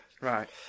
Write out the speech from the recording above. Right